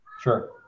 Sure